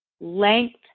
length